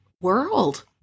world